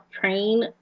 train